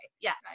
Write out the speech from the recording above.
yes